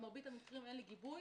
במרבות המקרים אין לי גיבוי,